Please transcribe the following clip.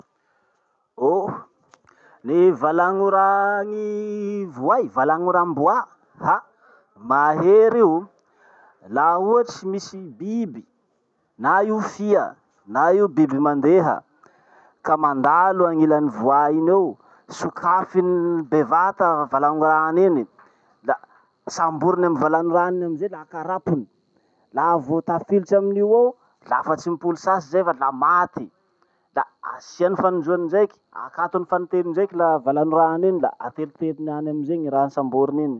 Oh! Ny valagnora gny voay, valagnoram-boa, ha, mahery io. Laha ohatsy misy biby, na io fia, na io biby mandeha, ka mandalo agnilan'ny voay iny eo, sokafiny bevata valagnorany iny, la samborony amy valanorany iny amizay la akarapony. Laha vo tafilitsy aminio ao, lafa tsy mipoly sasy zay fa la maty. La asiany fanindroany ndraiky, akatony fanintelo ndraiky la valanorany iny la ateriteriny any amizay raha samboriny iny.